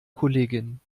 kollegin